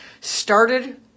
started